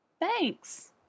Thanks